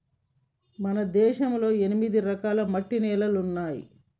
మన దేశంలో ఎనిమిది రకాల మట్టి నేలలున్నాయి